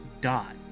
dot